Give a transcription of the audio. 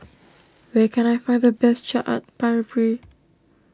where can I find the best Chaat